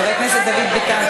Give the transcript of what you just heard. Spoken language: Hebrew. חבר הכנסת דוד ביטן,